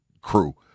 crew